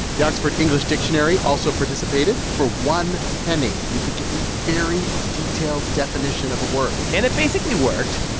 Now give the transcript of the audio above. the oxford english dictionary also participated. for one penny, you could get a very detailed definition of a word and it basically worked,